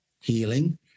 healing